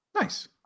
Nice